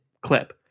clip